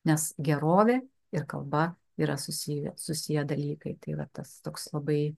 nes gerovė ir kalba yra susiję susiję dalykai tai vat tas toks labai